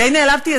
די נעלבתי.